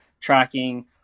tracking